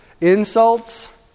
Insults